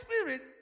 Spirit